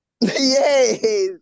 Yes